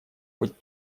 быть